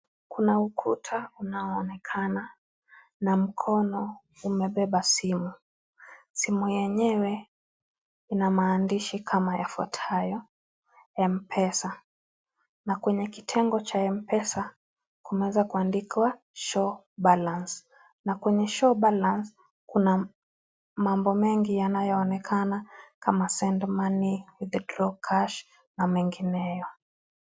Kuna ukuta unaoonekana na mkono umebeba simu, simu yenyewe ina maandishi kama yafuatayo MPESA, na kwenye kitengo cha MPESA kunaeza kuandikwa show balance na kwenye show balance kuna mambo mengi yanayoonekana kama send money , withdraw cash na mengineo.